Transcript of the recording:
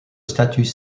statues